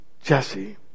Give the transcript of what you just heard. Jesse